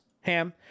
ham